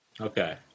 Okay